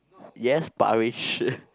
yes Parish